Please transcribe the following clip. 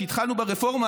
כשהתחלנו ברפורמה,